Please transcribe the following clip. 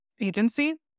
agency